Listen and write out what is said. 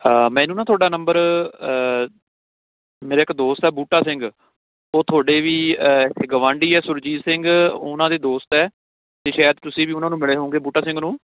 ਹਾਂ ਮੈਨੂੰ ਨਾ ਤੁਹਾਡਾ ਨੰਬਰ ਮੇਰਾ ਇੱਕ ਦੋਸਤ ਹੈ ਬੂਟਾ ਸਿੰਘ ਉਹ ਤੁਹਾਡੇ ਵੀ ਇੱਥੇ ਗੁਆਂਢੀ ਹੈ ਸੁਰਜੀਤ ਸਿੰਘ ਉਹਨਾਂ ਦੇ ਦੋਸਤ ਹੈ ਅਤੇ ਸ਼ਾਇਦ ਤੁਸੀਂ ਵੀ ਉਹਨਾਂ ਨੂੰ ਮਿਲੇ ਹੋਊਂਗੇ ਬੂਟਾ ਸਿੰਘ ਨੂੰ